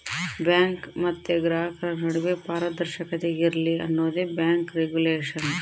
bank ಮತ್ತೆ ಗ್ರಾಹಕರ ನಡುವೆ ಪಾರದರ್ಶಕತೆ ಇರ್ಲಿ ಅನ್ನೋದೇ ಬ್ಯಾಂಕ್ ರಿಗುಲೇಷನ್